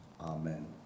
Amen